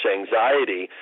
anxiety